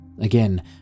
Again